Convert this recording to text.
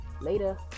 later